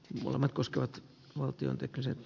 ydinvoima koskevat valtion teknisen